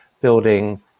building